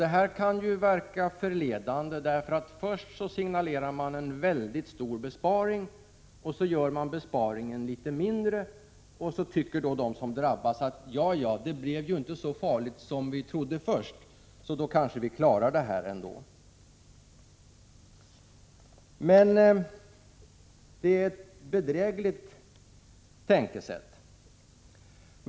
Detta kan verka förledande. Först signalerar man en stor besparing, och så gör man besparingen litet mindre. Då tycker de som drabbas att det blev ju inte så farligt som vi först trodde, så vi kanske klarar detta ändå. Men det är ett bedrägligt tänkesätt.